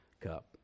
cup